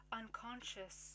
unconscious